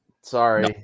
Sorry